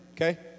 okay